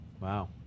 wow